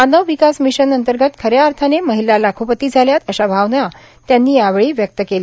मानव Vikas mission अंतर्गत खऱ्या अर्थाने महिला लखोपती झाल्यात अशा भावना त्यांनी यावेळी व्यक्त केल्या